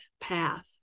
path